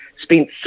spent